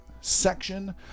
section